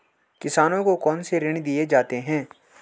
किसानों को कौन से ऋण दिए जाते हैं?